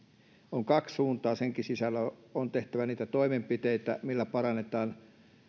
on kaksi suuntaa senkin sisällä on tehtävä niitä toimenpiteitä millä parannetaan